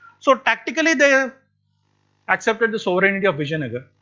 so tactically they ah accepted the sovereignty of vijayanagara.